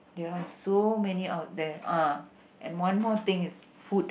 there are so many out there ah and one more thing is food